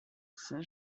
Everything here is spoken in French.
saint